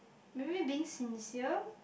maybe being sincere